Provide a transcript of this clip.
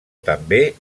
també